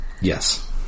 Yes